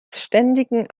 ständigen